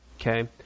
Okay